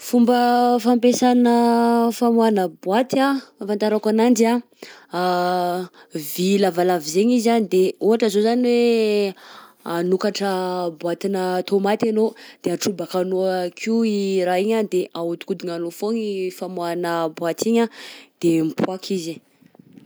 Fomba fampiasana famoahana boaty anh fahafantarako ananjy anh, vy lavalava zaigny izy anh de ohatra zao zany hoe hanokatra boatinà tômaty ianao, de atrobakanao akeo i raha igny anh de ahodinkodinanao foagna i famoahana boaty igny anh de mipoaka izy.